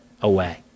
away